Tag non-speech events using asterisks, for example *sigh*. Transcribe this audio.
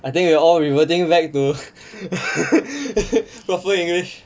I think we are all reverting back to *laughs* proper english